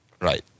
Right